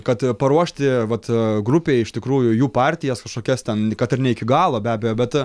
kad paruošti vat grupei iš tikrųjų jų partijas kažkokias ten kad ir ne iki galo be abejo bet